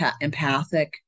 empathic